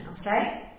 okay